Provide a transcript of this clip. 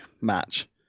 match